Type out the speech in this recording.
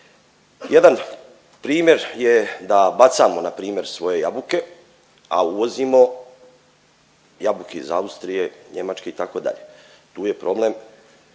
Jedan primjer je da bacamo npr. svoje jabuke, a uvozimo jabuke iz Austrije, Njemačke itd., tu je problem